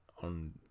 on